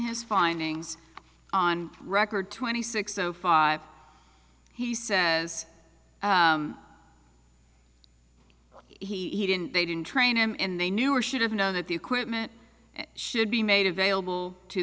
his findings on record twenty six zero five he says he didn't they didn't train him and they knew or should have known that the equipment should be made available to